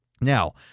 Now